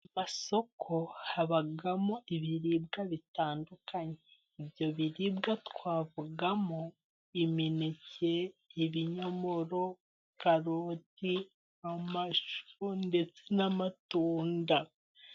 Mu masoko habagamo ibiribwa bitandukanye ibyo biribwa twavugamo: imineke, ibinyomoro, karoti amashu ndetse n' amatunda.